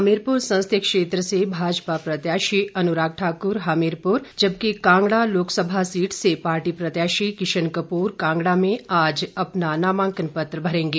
हमीरपुर संसदीय क्षेत्र से भाजपा प्रत्याशी अनुराग ठाकुर आज हमीरपुर जबकि कांगड़ा लोकसभा सीट से पार्टी प्रत्याशी किशन कप्र कांगड़ा में अपना नामांकन पत्र भरेंगे